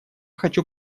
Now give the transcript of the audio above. хочу